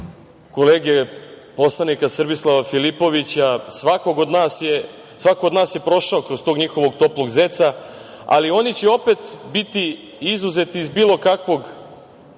kolegu poslanika Srbislava Filipovića, svako od nas je prošao kroz tog njihovog toplog zeca. Ali, oni će opet biti izuzeti iz bilo kakvog